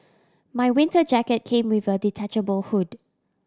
my winter jacket came with a detachable hood